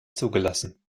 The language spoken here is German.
zugelassen